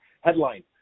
Headline